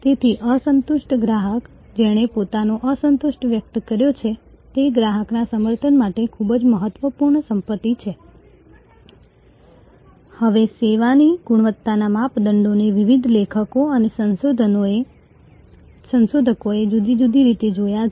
તેથી અસંતુષ્ટ ગ્રાહક જેણે પોતાનો અસંતોષ વ્યક્ત કર્યો છે તે ગ્રાહકના સમર્થન માટે ખૂબ જ મહત્વપૂર્ણ સંપત્તિ છે હવે સેવાની ગુણવત્તાના માપદંડોને વિવિધ લેખકો અને સંશોધકોએ જુદી જુદી રીતે જોયા છે